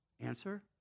Answer